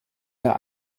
der